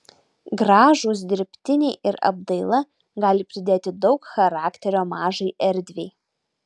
gražūs dirbtiniai ir apdaila gali pridėti daug charakterio mažai erdvei